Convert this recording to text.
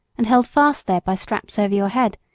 and held fast there by straps over your head,